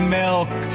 milk